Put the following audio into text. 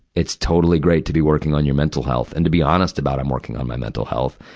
it's totally great to be working on your mental health and to be honest about, i'm working on my mental health.